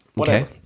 Okay